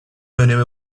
önemi